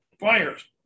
fires